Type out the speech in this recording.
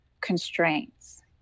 constraints